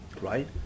right